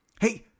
hey